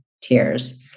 tears